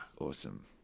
Awesome